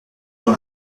dans